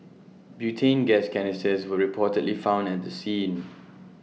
butane gas canisters were reportedly found at the scene